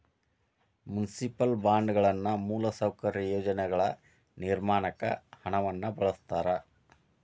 municipal ಬಾಂಡ್ಗಳನ್ನ ಮೂಲಸೌಕರ್ಯ ಯೋಜನೆಗಳ ನಿರ್ಮಾಣಕ್ಕ ಹಣವನ್ನ ಬಳಸ್ತಾರ